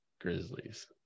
Grizzlies